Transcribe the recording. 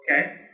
Okay